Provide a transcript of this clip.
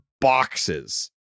boxes